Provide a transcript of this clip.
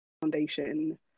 foundation